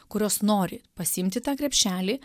kurios nori pasiimti tą krepšelį